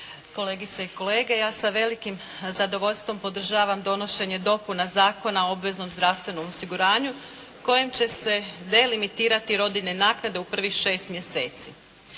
kolegice i kolege. Ja sa velikim zadovoljstvom podržavam donošenje dopuna Zakona o obveznom zdravstvenom osiguranju kojim će se delimitirati rodiljne naknade u prvih šest mjeseci.